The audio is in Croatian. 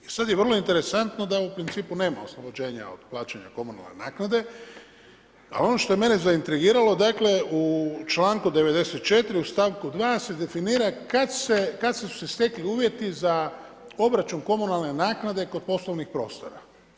I sad je vrlo interesantno da u principu nema oslobođenja od plaćanja komunalne naknade, a ono što je mene zaintrigiralo dakle, u članku 94. u stavku 2. se definira kad su se stekli uvjeti za obračun komunalne naknade kod poslovnih prostora.